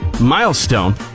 milestone